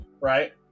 right